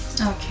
okay